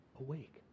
Awake